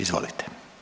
Izvolite.